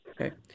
Okay